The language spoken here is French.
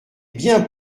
bien